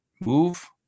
Move